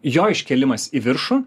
jo iškėlimas į viršų